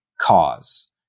cause